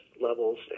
levels